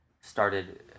started